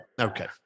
Okay